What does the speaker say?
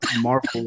marvel